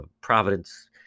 Providence